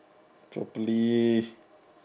properly